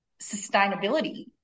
sustainability